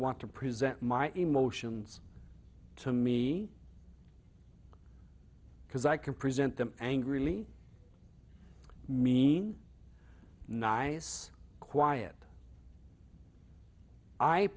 want to present my emotions to me because i can present them angrily i mean nice quiet i